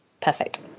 perfect